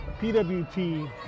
PWT